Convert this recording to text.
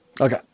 Okay